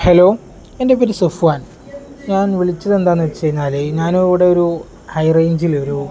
hello എൻ്റെ പേര് സഫ്വാൻ ഞാൻ വിളിച്ചത് എന്താണെന്ന് വച്ചു കഴിഞ്ഞാൽ ഞാൻ ഇവിടെ ഒരു ഹൈറേഞ്ചിൽ ഒരു